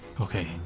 Okay